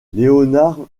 leonard